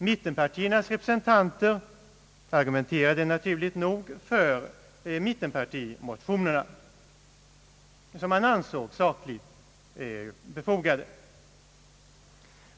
Mittenpartiernas represen tanter argumenterade naturligt nog för mittenpartimotionerna, som man ansåg sakligt befogade.